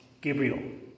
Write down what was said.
Gabriel